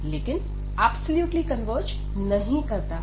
लेकिन absolutely converge नहीं करता है